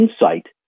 insight